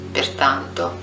Pertanto